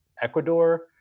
Ecuador